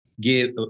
give